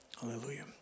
hallelujah